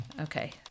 Okay